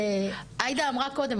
עאידה אמרה קודם,